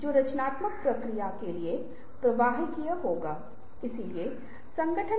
हालांकि अतार्किक रूप से यह हास्यास्पद है जो इसे देख सकता है